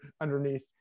underneath